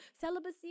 celibacy